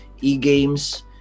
E-games